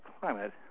climate